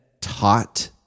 taught